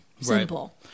Simple